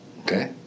okay